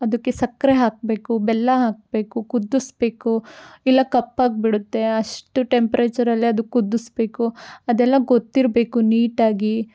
ಅದಕ್ಕೆ ಸಕ್ಕರೆ ಹಾಕಬೇಕು ಬೆಲ್ಲ ಹಾಕಬೇಕು ಕುದಿಸ್ಬೇಕು ಇಲ್ಲ ಕಪ್ಪಾಗಿಬಿಡುತ್ತೆ ಅಷ್ಟ್ ಟೆಂಪ್ರೇಚರಲ್ಲೇ ಅದು ಕುದಿಸ್ಬೇಕು ಅದೆಲ್ಲ ಗೊತ್ತಿರಬೇಕು ನೀಟಾಗಿ